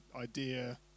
idea